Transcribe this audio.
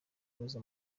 rose